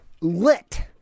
lit